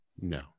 No